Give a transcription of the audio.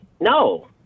No